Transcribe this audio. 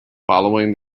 following